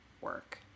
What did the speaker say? work